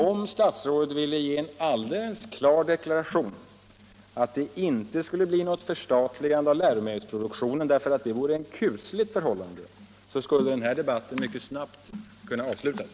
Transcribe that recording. Om statsrådet ville ge en alldeles klar deklaration att det inte skall bli något förstatligande av läromedelsproduktionen, därför att det vore ett kusligt förhållande, skulle denna debatt mycket snabbt kunna avslutas.